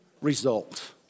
result